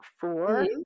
four